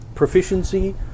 proficiency